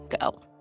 go